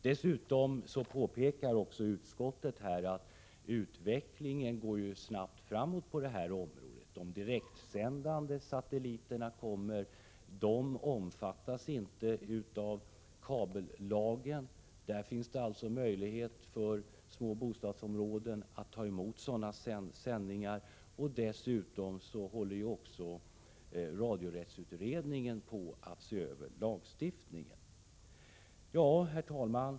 Utskottet påpekar dessutom att utvecklingen går snabbt framåt på det här området. De direktsändande satelliterna omfattas inte av kabellagen, och små bostadsområden har därför möjlighet att ta emot sändningar via dessa. Vidare erinras om att radiorättsutredningen håller på att se över radiorättslagstiftningen. Herr talman!